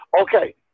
Okay